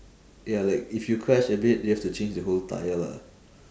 ya like if you crash a bit you have to change the whole tyre lah